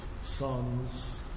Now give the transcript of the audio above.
sons